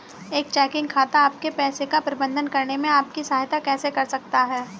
एक चेकिंग खाता आपके पैसे का प्रबंधन करने में आपकी सहायता कैसे कर सकता है?